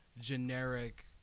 generic